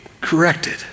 corrected